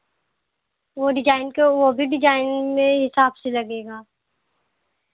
वह डिजाइन के वह भी डिजाइन में हिसाब से लगेगा